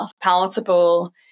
palatable